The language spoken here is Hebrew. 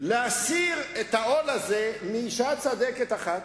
להסיר את העול הזה מאשה צדקת אחת,